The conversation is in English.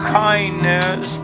kindness